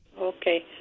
okay